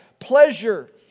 pleasure